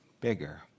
bigger